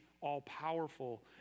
all-powerful